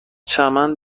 چمن